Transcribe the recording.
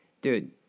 Dude